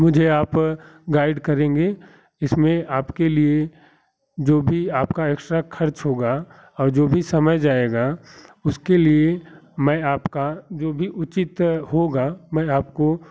मुझे आप गाइड करेंगे इसमें आपके लिए जो भी आपका एक्स्ट्रा खर्च होगा और जो भी समय जाएगा उसके लिए मैं आपका जो भी उचित होगा मैं आपको